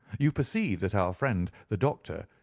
you perceive that our friend, the doctor,